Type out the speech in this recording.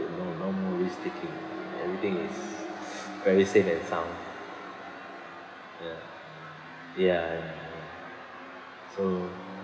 no no more risk-taking everything is very safe and sound ya ya so